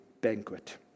banquet